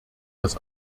das